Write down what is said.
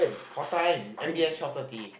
what time M_B_S twelve thirty